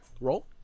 roll